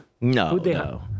no